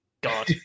God